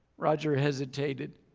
roger hesitated,